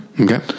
Okay